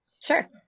Sure